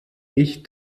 ich